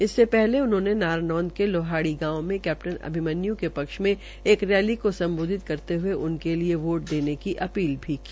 इससे नारनौंद के लोहाड़ी गांव में कैप्टन अभिमन्यू के पक्ष मे एक रैली को सम्बोधित करते हये उनके लिए वोट देने की अपील भी की